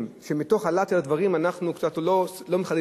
שמתוך הלהט של הדברים אנחנו קצת לא מחדדים.